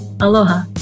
Aloha